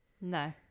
no